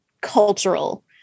cultural